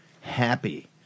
happy